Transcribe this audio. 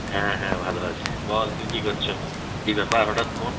হ্যাঁ হ্যাঁ ভালো আছি বল তুই কী করছো কী ব্যাপার হঠাৎ ফোন